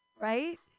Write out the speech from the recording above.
right